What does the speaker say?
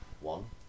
One